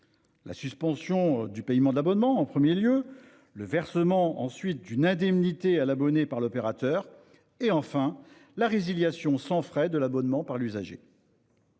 : suspension du paiement de l'abonnement d'abord ; versement d'une indemnité à l'abonné par l'opérateur ensuite ; enfin, résiliation sans frais de l'abonnement par l'usager.